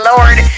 Lord